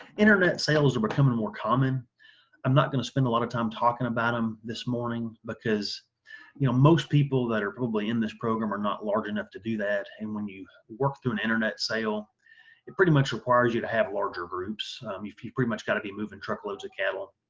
internet sales are becoming more common i'm not gonna spend a lot of time talking about them this morning because you know most people that are probably in this program are not large enough to do that and when you work through an internet sale it pretty much requires you to have larger groups you've you've pretty much got to be moving truckloads of cattle